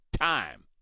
time